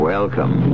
Welcome